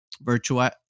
virtual